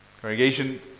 Congregation